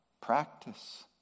practice